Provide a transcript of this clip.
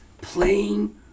playing